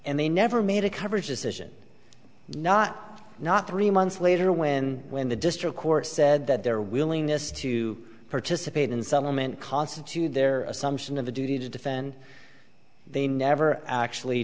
and they never made a coverage decision not not three months later when when the district court said that their willingness to participate in summer meant constituted their assumption of a duty to defend they never actually